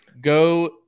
go